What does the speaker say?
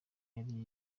yari